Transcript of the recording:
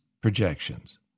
projections